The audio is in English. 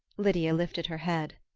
lydia lifted her head.